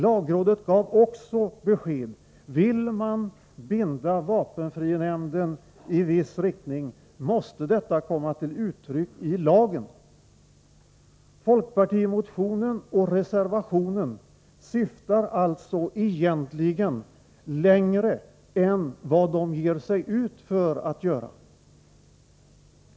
Lagrådet gav också beskedet, att vill man binda vapenfrinämnden i viss riktning, måste det komma till uttryck i lagen. I folkpartimotionen och reservationen syftar man egentligen längre än vad man ger sig ut för att göra.